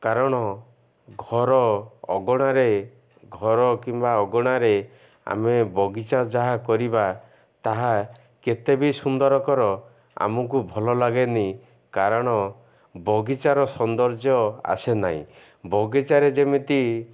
କାରଣ ଘର ଅଗଣାରେ ଘର କିମ୍ବା ଅଗଣାରେ ଆମେ ବଗିଚା ଯାହା କରିବା ତାହା କେତେ ବି ସୁନ୍ଦରକର ଆମକୁ ଭଲ ଲାଗେନି କାରଣ ବଗିଚାର ସୌନ୍ଦର୍ଯ୍ୟ ଆସେ ନାହିଁ ବଗିଚାରେ ଯେମିତି